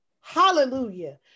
hallelujah